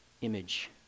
Image